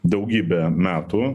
daugybę metų